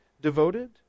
devoted